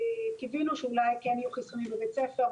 קיווינו שאולי כן יהיו חיסונים בבית ספר,